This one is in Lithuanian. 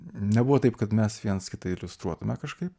nebuvo taip kad mes vienas kitą iliustruotame kažkaip